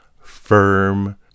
firm